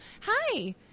hi